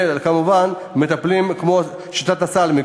וכמובן מטפלים כמו בשיטת הסלאמי,